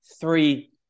three